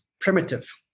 primitive